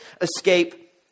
escape